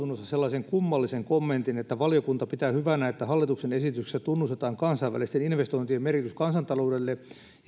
sellaisen kummallisen kommentin että valiokunta pitää hyvänä että hallituksen esityksessä tunnistetaan kansainvälisten investointien merkitys kansantaloudelle ja